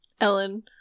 Ellen